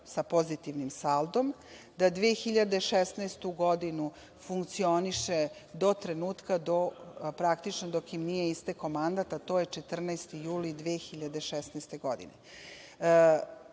sa pozitivnim saldom, da 2016. godinu funkcioniše do trenutka dok im nije istekao mandat, a to je 14. juli 2016. godine.